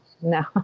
no